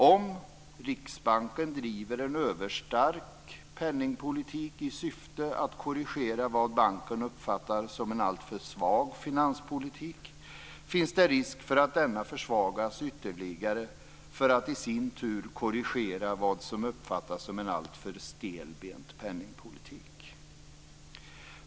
Om Riksbanken driver en överstark penningpolitik i syfte att korrigera vad banken uppfattar som en alltför svag finanspolitik, finns det risk för att denna försvagas ytterligare för att i sin tur korrigera vad som uppfattas som en alltför stelbent penningpolitik.